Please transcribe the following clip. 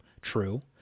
true